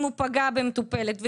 אם הוא פגע במטופלת,